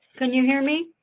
can you hear me?